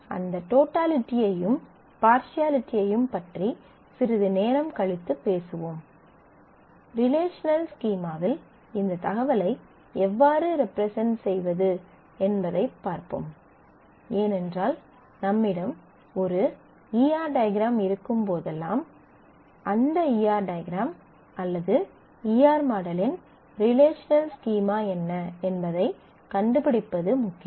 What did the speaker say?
அந்த டோட்டலிட்டியையும் பார்சியலிட்டியையும் பற்றி சிறிது நேரம் கழித்து பேசுவோம் ரிலேஷனல் ஸ்கீமாவில் இந்த தகவலை எவ்வாறு ரெப்ரசன்ட் செய்வது என்பதைப் பார்ப்போம் ஏனென்றால் நம்மிடம் ஒரு ஈ ஆர் டயக்ராம் இருக்கும் போதெல்லாம் அந்த ஈ ஆர் டயக்ராம் அல்லது ஈ ஆர் மாடலின் ரிலேஷனல் ஸ்கீமா என்ன என்பதைக் கண்டுபிடிப்பது முக்கியம்